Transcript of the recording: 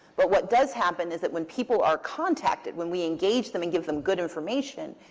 but what does happen is that when people are contacted, when we engage them and give them good information,